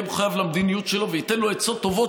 יהיה מחויב למדיניות שלו וייתן לו עצות טובות